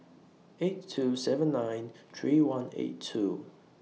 eight two seven nine three one eight two